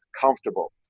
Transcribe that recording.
comfortable